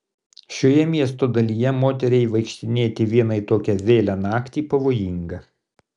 šioje miesto dalyje moteriai vaikštinėti vienai tokią vėlią naktį pavojinga